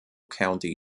county